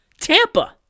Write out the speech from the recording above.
Tampa